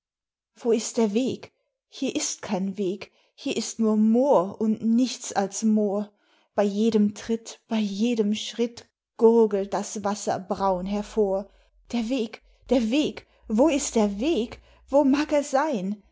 wo ist der weg hier ist kein weg hier ist nur moor und nichts als moor bei jedem tritt bei jedem schritt gurgelt das wasser braun hervor der weg der weg wo ist der weg wo mag er sein